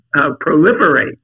proliferate